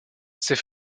ses